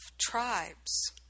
tribes